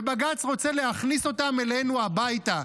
ובג"ץ רוצה להכניס אותם אלינו הביתה,